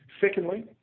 Secondly